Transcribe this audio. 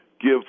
give